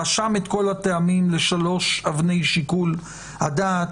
רשם את כל הטעמים לשלוש אבני שיקול הדעת,